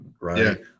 right